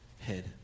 head